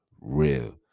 real